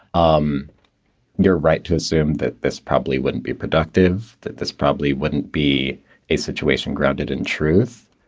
um you're right to assume that this probably wouldn't be productive. that this probably wouldn't be a situation grounded in truth.